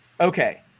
Okay